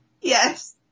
Yes